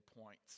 points